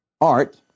art